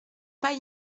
pas